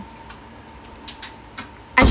I